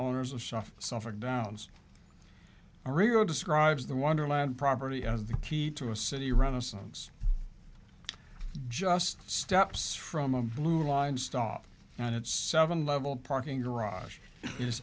owners of suff suffolk downs a radio describes the wonderland property as the key to a city renaissance just steps from a blue line stop on its seven level parking garage is